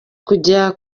kujya